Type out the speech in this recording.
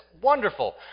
wonderful